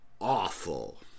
awful